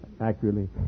accurately